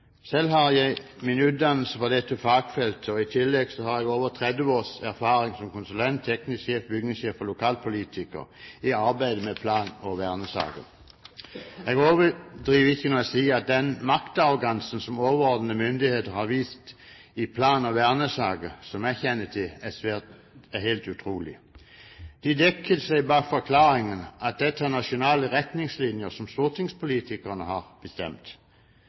Selv har jeg min utdannelse fra dette fagfeltet. I tillegg har jeg over 30 års erfaring som konsulent, teknisk sjef, bygningssjef og lokalpolitiker i arbeidet med plan- og vernesaker. Jeg overdriver ikke når jeg sier at den maktarrogansen som overordnede myndigheter har vist i plan- og vernesaker som jeg kjenner til, er helt utrolig. De dekker seg bak forklaringen at dette er nasjonale retningslinjer som stortingspolitikerne har bestemt.